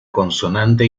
consonante